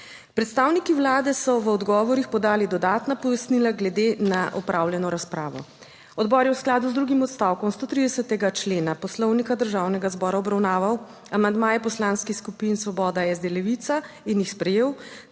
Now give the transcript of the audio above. Predstavniki Vlade so v odgovorih podali dodatna pojasnila glede na opravljeno razpravo. Odbor je v skladu z drugim odstavkom 130. člena Poslovnika Državnega zbora obravnaval amandmaje Poslanskih skupin Svoboda, SD, Levica in jih sprejel